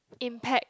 impact